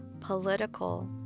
political